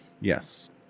Yes